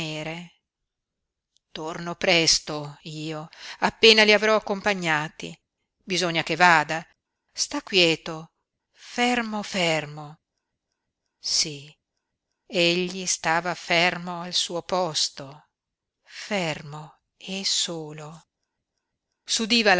torno presto io appena li avrò accompagnati bisogna che vada sta quieto fermo fermo sí egli stava fermo al suo posto fermo e solo